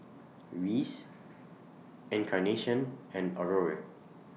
Reese Encarnacion and Aurore